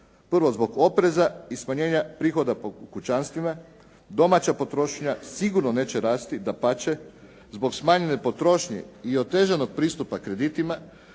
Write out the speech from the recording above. prvo zbog opreza i smanjenja prihoda po kućanstvima, domaća potrošnja sigurno neće rasti, dapače. Zbog smanjenje potrošnje i otežanog pristupa kreditima,